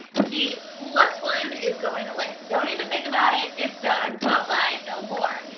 the plus one is going away. don't even think about it, it's done, bye bye, no more.